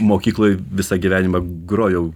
mokykloj visą gyvenimą grojau